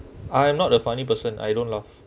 I am not a funny person I don't laugh